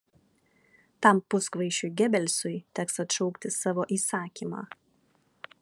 tam puskvaišiui gebelsui teks atšaukti savo įsakymą